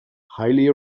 highly